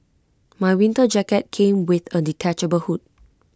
my winter jacket came with A detachable hood